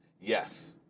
Yes